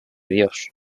dios